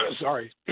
Sorry